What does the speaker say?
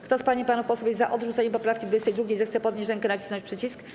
Kto z pań i panów posłów jest za odrzuceniem poprawki 22., zechce podnieść rękę i nacisnąć przycisk.